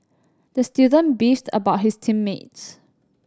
the student beefed about his team mates